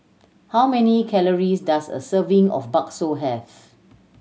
how many calories does a serving of Bakso have